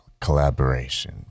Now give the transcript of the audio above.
collaboration